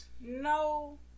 No